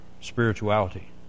spirituality